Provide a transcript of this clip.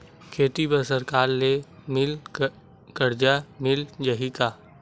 खेती बर सरकार ले मिल कर्जा मिल जाहि का?